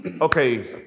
okay